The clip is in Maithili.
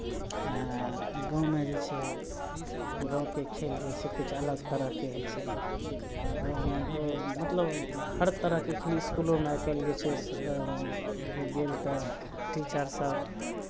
गाँवमे जे छै गाँवके खेल जे होइ छै किछु अलग तरहके होइ छै गाँवमे मतलब ओहिमे ओ मतलब हर तरहके खेल इसकुलोमे आइ काल्हि जे छै से गेल तऽ टीचरसभ